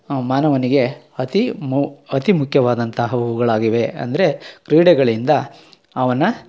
ಮಾನವನಿಗೆ ಅತೀ ಮು ಅತೀ ಮುಖ್ಯವಾದಂತಹವುಗಳಾಗಿವೆ ಅಂದರೆ ಕ್ರೀಡೆಗಳಿಂದ ಅವನ